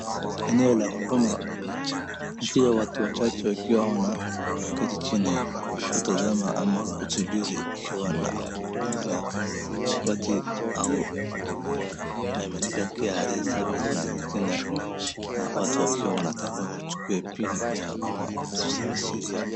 eneo la huduma ikiwa watu wachache ikiwa wanaketi chini kutazama ama kusubiri ikiwa na kati au imeandika KRA watu wanatka wachukue Pin ya ama siri ya